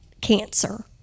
cancer